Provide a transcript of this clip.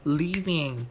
leaving